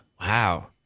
Wow